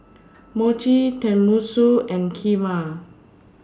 Mochi Tenmusu and Kheema